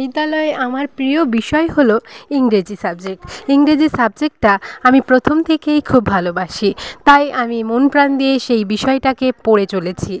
বিদ্যালয়ে আমার প্রিয় বিষয় হলো ইংরেজি সাবজেক্ট ইংরেজি সাবজেক্টটা আমি প্রথম থেকেই খুব ভালোবাসি তাই আমি মন প্রাণ দিয়ে সেই বিষয়টাকে পড়ে চলেছি